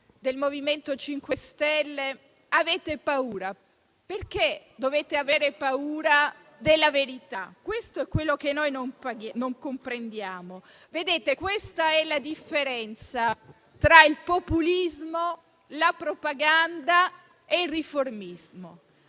del MoVimento 5 Stelle? Perché dovete avere paura della verità? Questo è quello che noi non comprendiamo. Questa è la differenza tra il populismo, la propaganda e il riformismo: